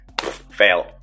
Fail